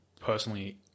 personally